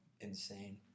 insane